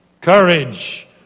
courage